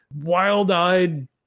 wild-eyed